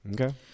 okay